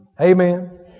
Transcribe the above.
Amen